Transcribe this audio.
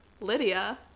Lydia